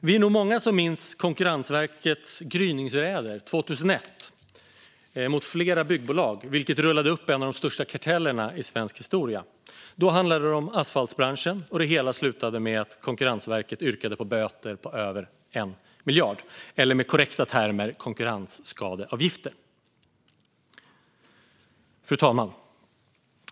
Vi är nog många som minns Konkurrensverkets gryningsräder mot flera byggbolag 2001, som rullade upp en av de största kartellerna i svensk historia. Då handlade det om asfaltbranschen. Det hela slutade med att Konkurrensverket yrkade på böter, eller med korrekta termer konkurrensskadeavgifter, på över 1 miljard. Fru talman!